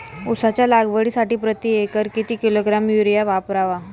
उसाच्या लागवडीसाठी प्रति एकर किती किलोग्रॅम युरिया वापरावा?